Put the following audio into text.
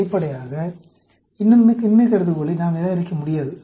வெளிப்படையாக இன்மை கருதுகோளை நாம் நிராகரிக்க முடியாது